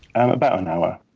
um about an hour.